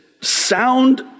sound